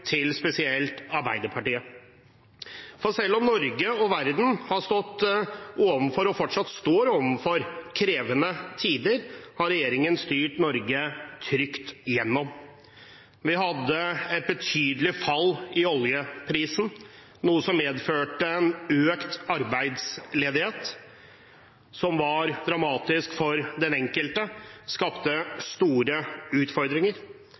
til spesielt Arbeiderpartiet. For selv om Norge og verden har stått overfor – og fortsatt står overfor – krevende tider, har regjeringen styrt Norge trygt igjennom. Vi hadde et betydelig fall i oljeprisen, noe som medførte økt arbeidsledighet, som var dramatisk for den enkelte, og som skapte store utfordringer.